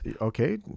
okay